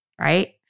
Right